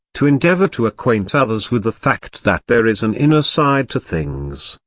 to endeavour to acquaint others with the fact that there is an inner side to things,